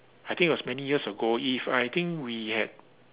I think it was many years ago if I think we had